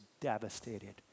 devastated